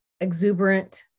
exuberant